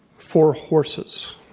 for horses.